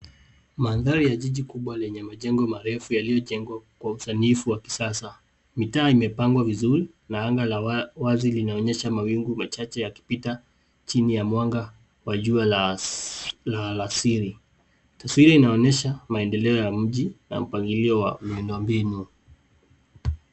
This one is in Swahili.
Mandhari ya jiji kubwa lenye majengo marefu yaliyojengwa kwa usanifu wa kisasa. Mitaa imepangwa vizuri na anga la wazi linaonyesha mawingu machache yakipita chini ya mwanga wa jua la alasiri. Taswira inaonyesha maendeleo ya mji na mpangilio wa miundo mbinu.